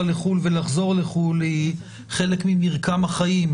לחו"ל ולחזור לחו"ל היא חלק ממרקם החיים.